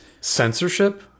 censorship